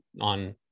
on